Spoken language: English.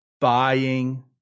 buying